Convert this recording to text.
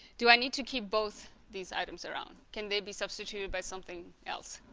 do i need to keep both these items around can they be substituted by something else